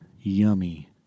yummy